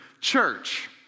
Church